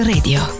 Radio